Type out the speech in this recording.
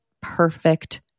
perfect